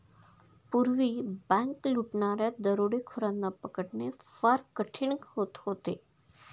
पूर्वी बँक लुटणाऱ्या दरोडेखोरांना पकडणे फार कठीण होत होते